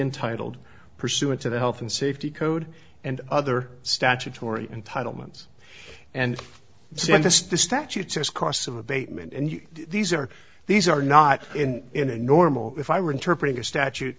entitled pursuant to the health and safety code and other statutory entitlements and since the statute says costs of abatement and these are these are not in a normal if i were interpreted a statute